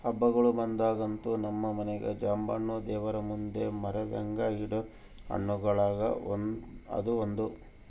ಹಬ್ಬಗಳು ಬಂದಾಗಂತೂ ನಮ್ಮ ಮನೆಗ ಜಾಂಬೆಣ್ಣು ದೇವರಮುಂದೆ ಮರೆದಂಗ ಇಡೊ ಹಣ್ಣುಗಳುಗ ಅದು ಒಂದು